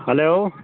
hello